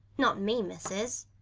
not me, missis.